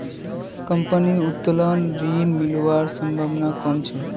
कंपनीर उत्तोलन ऋण मिलवार संभावना कम छ